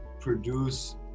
produce